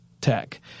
tech